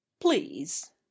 Please